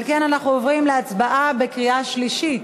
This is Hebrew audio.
על כן אנחנו עוברים להצבעה בקריאה שלישית.